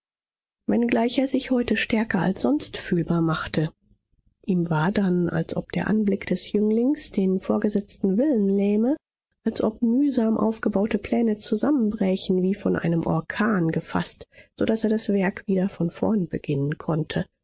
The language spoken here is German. wenngleich er sich heute stärker als sonst fühlbar machte ihm war dann als ob der anblick des jünglings den vorgesetzten willen lähme als ob mühsam aufgebaute pläne zusammenbrächen wie von einem orkan gefaßt so daß er das werk wieder von vorn beginnen konnte